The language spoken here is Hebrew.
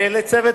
ולצוות